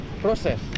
process